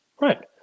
Right